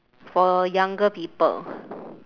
for younger people